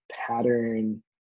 pattern